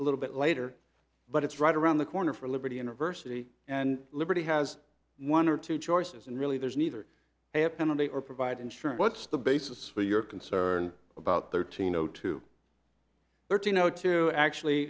a little bit later but it's right around the corner for liberty university and liberty has one or two choices and really there's neither have penalty or provide insurance what's the basis for your concern about thirteen zero two thirteen zero two actually